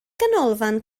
ganolfan